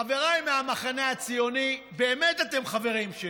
חבריי מהמחנה הציוני, באמת אתם חברים שלי,